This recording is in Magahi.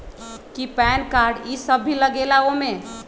कि पैन कार्ड इ सब भी लगेगा वो में?